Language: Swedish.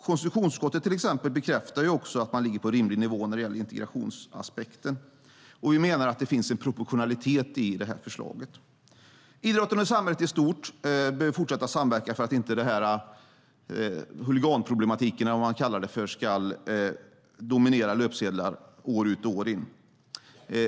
Konstitutionsutskottet bekräftar också att man ligger på en rimlig nivå när det gäller integritetsaspekten, och vi menar att det finns en proportionalitet i detta förslag. Idrotten och samhället i stort bör fortsätta samverka för att huliganproblematiken, eller vad man kallar det, inte ska dominera löpsedlar år ut och år in.